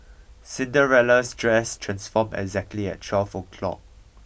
Cinderella's dress transformed exactly at twelve o'clock